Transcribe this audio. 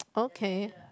okay